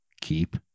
keep